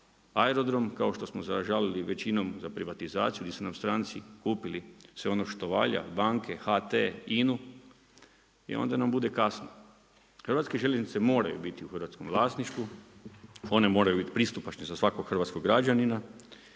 aerodrom, kao što smo zažalili većinom za privatizaciju gdje su nam stranci kupili sve ono što valja, banke, HT, INA-u, i onda nam bude kasno. Hrvatske željeznice moraju biti u hrvatskom vlasništvu, one moraju biti pristupačne za svakog hrvatskog građanina